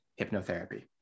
hypnotherapy